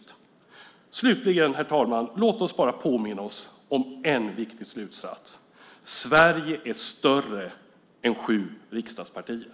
Låt oss slutligen, herr talman, bara påminna oss om en viktig slutsats: Sverige är större än sju riksdagspartier.